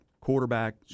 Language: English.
Quarterback